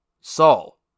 Saul